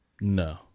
no